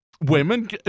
Women